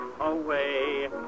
away